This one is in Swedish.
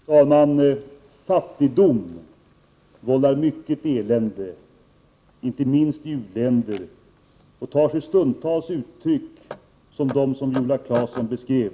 Fru talman! Fattigdom vållar mycket elände, inte minst i u-länderna, och det tar sig stundtals uttryck som dem Viola Claesson nu beskrev.